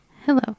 hello